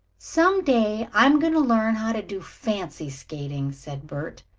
some day i am going to learn how to do fancy skating, said bert.